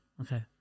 okay